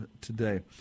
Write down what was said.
today